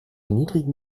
niedrigen